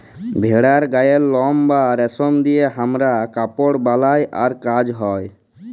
ভেড়ার গায়ের লম বা রেশম দিয়ে হামরা কাপড় বালাই আর কাজ হ্য়